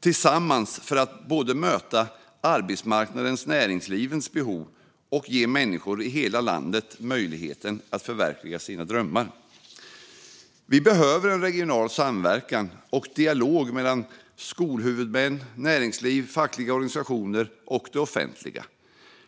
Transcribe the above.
tillsammans för att möta arbetsmarknadens och näringslivets behov och ge människor i hela landet möjlighet att förverkliga sina drömmar. Vi behöver regional samverkan och dialog mellan skolhuvudmän, näringsliv, fackliga organisationer och det offentliga.